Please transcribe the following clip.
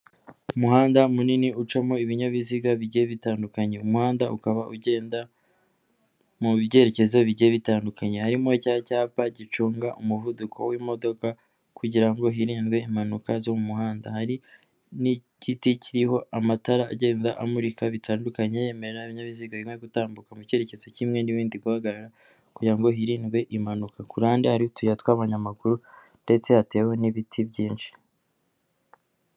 Umuhanda munini ucamo ibinyabiziga bigiye bitandukanye, umuhanda ukaba ugenda mu byerekezo bigiye bitandukanye, harimo cya cyapa gicunga umuvuduko w'imodoka kugirango hirindwe impanuka zo mu muhanda, hari n'igiti kiriho amatara agenda amurika bitandukanye yemerera ibinyabiziga birimo gutambuka mu cyerekezo kimwe, n'ibindi guhagarara kugirango ngo hirindwe impanuka, kururande hari utuyira tw'abanyamaguru ndetse hatewe n'ibiti byinshi.